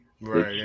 Right